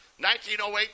1908